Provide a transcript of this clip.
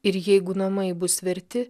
ir jeigu namai bus verti